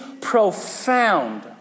profound